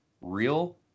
Real